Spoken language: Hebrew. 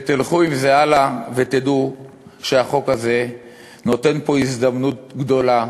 תלכו עם זה הלאה ותדעו שהחוק הזה נותן פה הזדמנות גדולה